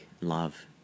love